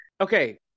Okay